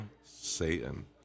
Satan